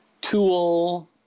tool